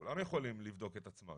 כולם יכולים לבדוק את עצמם.